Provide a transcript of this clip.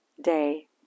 day